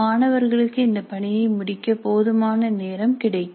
மாணவர்களுக்கு இந்த பணியை முடிக்க போதுமான நேரம் கிடைக்கும்